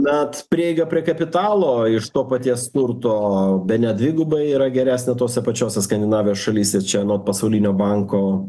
net prieiga prie kapitalo iš to paties spurto o bene dvigubai yra geresnė tose pačiose skandinavijos šalyse čia anot pasaulinio banko